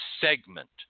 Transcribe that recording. segment